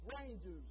rangers